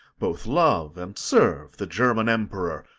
both love and serve the german emperor,